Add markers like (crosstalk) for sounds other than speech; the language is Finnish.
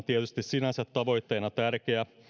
(unintelligible) tietysti sinänsä tavoitteena tärkeä